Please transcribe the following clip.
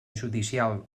judicial